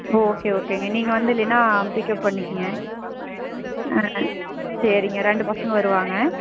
okay ஓகேங்க நீங்கள் வந்து இல்லைனா பிக்கப் பண்ணிக்கங்க ஆ சரிங்க ரெண்டு பசங்கள் வருவாங்க